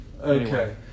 Okay